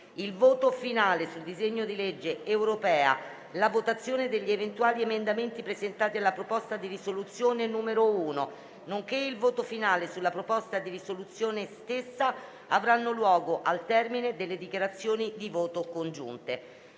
Il voto finale sul disegno di legge europea, la votazione degli eventuali emendamenti presentati alla proposta di risoluzione n. 1, nonché il voto finale sulla proposta di risoluzione stessa avranno luogo al termine delle dichiarazioni di voto congiunte.